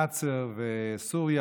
נאצר וסוריה,